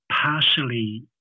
partially